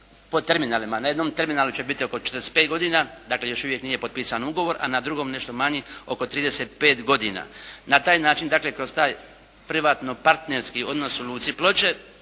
po terminalima. Na jednom terminalu će biti oko 45 godina. Dakle, još uvijek nije potpisan ugovor, a na drugom nešto manje oko 35 godina. Na taj način dakle kroz taj privatno-partnerski odnos u Luci Ploče